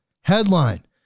Headline